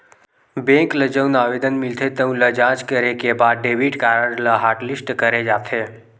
bank ल जउन आवेदन मिलथे तउन ल जॉच करे के बाद डेबिट कारड ल हॉटलिस्ट करे जाथे